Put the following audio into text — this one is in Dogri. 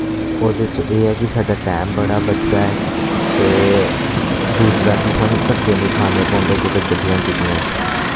ओह्दे च एह् ऐ कि साढ़ा टैम बड़ा बचदा ऐ ते दूसरा कि स्हानू धक्के नि खाने पौंदे कुतै गड्डियां गुड्डियां च